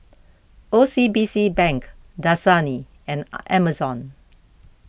O C B C Bank Dasani and Amazon